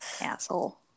asshole